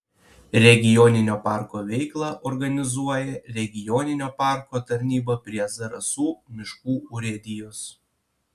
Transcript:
regioninio parko veiklą organizuoja regioninio parko tarnyba prie zarasų miškų urėdijos